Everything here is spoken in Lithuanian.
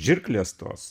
žirklės tos